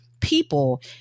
people